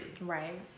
right